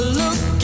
look